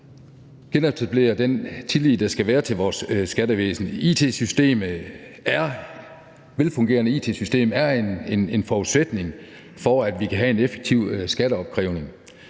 genetablere den tillid, der skal være til vores skattevæsen. Et velfungerende it-system er en forudsætning for, at vi kan have en effektiv skatteopkrævning.